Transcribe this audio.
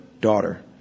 Daughter